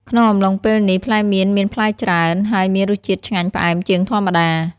ក្នុងអំឡុងពេលនេះ ផ្លែមៀនមានផ្លែច្រើន ហើយមានរសជាតិឆ្ងាញ់ផ្អែមជាងធម្មតា។